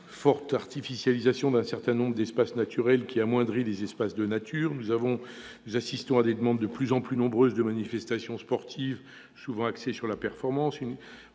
forte artificialisation d'un certain nombre de ces espaces qui amoindrit les espaces de nature. Nous assistons à des demandes de plus en plus nombreuses de manifestations sportives, souvent axées sur la performance.